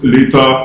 Later